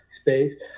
space